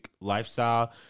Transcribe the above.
lifestyle